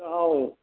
ꯆꯥꯛꯍꯥꯎ